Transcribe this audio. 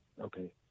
okay